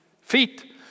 feet